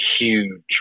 huge